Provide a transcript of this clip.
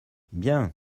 bien